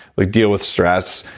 like deal with stress,